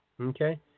Okay